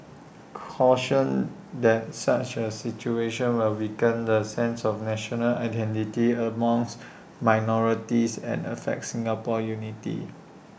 cautioned that such A situation will weaken the sense of national identity among minorities and affect Singapore's unity